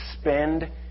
spend